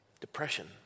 depression